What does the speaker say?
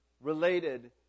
related